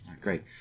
Great